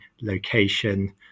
location